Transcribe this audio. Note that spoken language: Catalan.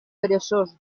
peresós